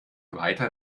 weiter